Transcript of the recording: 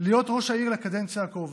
להיות ראש העיר לקדנציה הקרובה.